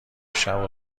شبو